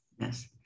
Yes